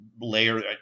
layer